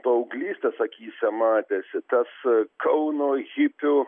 paauglystės akyse matėsi tas kauno hipių